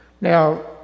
Now